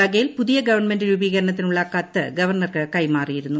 ബഗേൽ പുതിയ ഗവൺമെന്റ് രൂപീകരണത്തിനുള്ള കത്ത് ഗവർണർക്ക് കൈമാറിയിരുന്നു